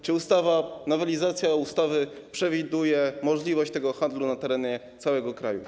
Czy ta nowelizacja ustawy przewiduje możliwość handlu na terenie całego kraju?